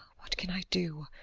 what can i do?